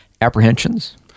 apprehensions